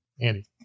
Andy